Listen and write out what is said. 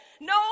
No